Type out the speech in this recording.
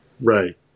Right